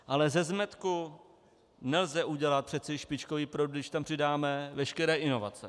Ale ze zmetku nelze udělat přece špičkový produkt, když tam přidáme veškeré inovace.